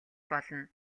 болно